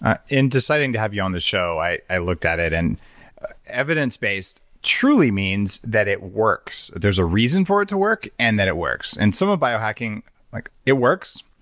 in deciding to have you on the show, i i looked at it and evidence-based truly means that it works. there's a reason for it to work and that it works and some of biohacking like it works.